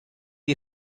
you